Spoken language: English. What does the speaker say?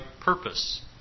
purpose